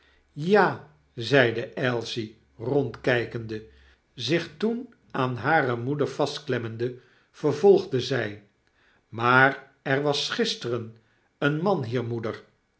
ja zeide ailsie rondkykende zich toen aan hare moeder vastklemmende vervolgde zy maar er was gisteren een man hier moeder